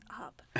up